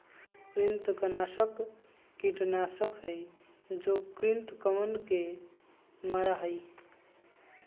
कृंतकनाशक कीटनाशक हई जो कृन्तकवन के मारा हई